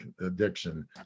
addiction